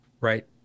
right